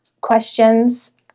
questions